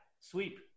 sweep